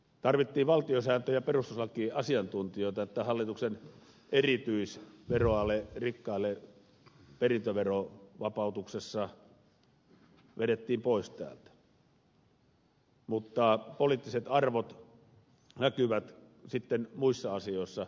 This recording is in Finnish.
tarvittiin valtiosääntö ja perustuslakiasiantuntijoita että hallituksen erityisveroale rikkaille perintöverovapautus vedettiin pois täältä mutta poliittiset arvot näkyvät sitten muissa asioissa